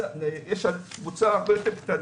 שיש קבוצה הרבה יותר קטנה,